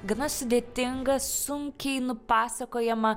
gana sudėtingą sunkiai nupasakojamą